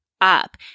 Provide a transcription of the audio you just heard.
up